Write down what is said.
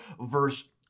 verse